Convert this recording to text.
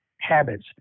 habits